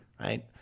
Right